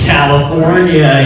California